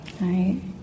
right